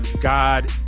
god